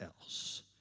else